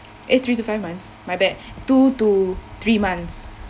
eh three to five months my bad two to three months